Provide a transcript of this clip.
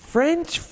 French